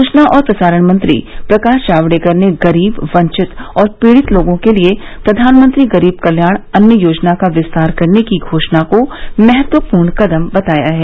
सूचना और प्रसारण मंत्री प्रकाश जावडेकर ने गरीब वंचित और पीड़ित लोगों के लिए प्रधानमंत्री गरीब कल्याण अन्न योजना का विस्तार करने की घोषणा को महत्वपूर्ण कदम बताया है